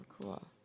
cool